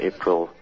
April